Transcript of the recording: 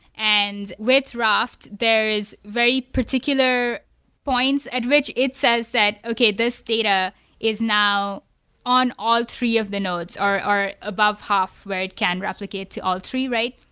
and with raft there is very particular points at which it says that, okay. this data is now on all three of the nodes, or above half where it can replicate to all three, right?